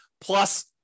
Plus